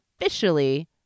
officially